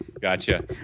gotcha